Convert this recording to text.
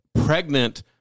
pregnant